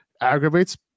aggravates